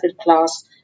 class